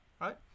right